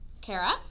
Kara